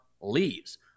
leaves